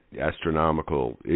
astronomical